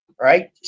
right